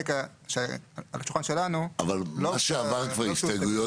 על השולחן שלנו לא --- מה שעבר כבר הסתייגויות